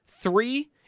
Three